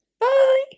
Bye